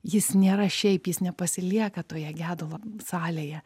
jis nėra šiaip jis nepasilieka toje gedulo salėje